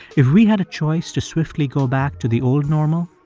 if we had a choice to swiftly go back to the old normal,